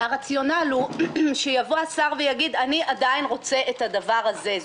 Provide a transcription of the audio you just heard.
הרציונל הוא שיבוא השר ויגיד: אני עדיין רוצה את הדבר הזה,